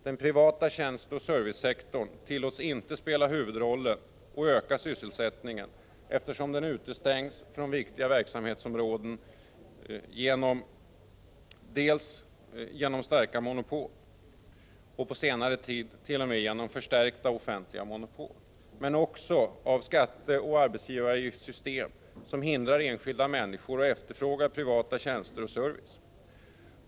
Den privata tjänsteoch servicesektorn tillåts inte spela huvudrollen och öka sysselsättningen eftersom den utestängs från viktiga verksamhetsområden genom dels de starka och på senare tid t.o.m. förstärkta offentliga monopolen, dels skatteoch arbetsgivaravgiftssystemen som hindrar enskilda människor att efterfråga privata tjänster och service.